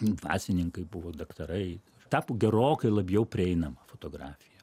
dvasininkai buvo daktarai tapo gerokai labiau prieinama fotografija